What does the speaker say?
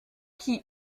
qui